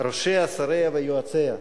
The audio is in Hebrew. "ראשיה, שריה ויועציה".